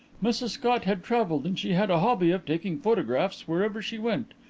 mrs scott had travelled and she had a hobby of taking photographs wherever she went.